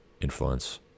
influence